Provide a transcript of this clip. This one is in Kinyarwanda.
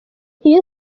iyo